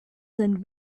sind